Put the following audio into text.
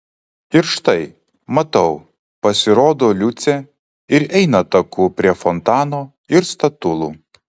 ir štai matau pasirodo liucė ir eina taku prie fontano ir statulų